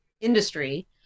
industry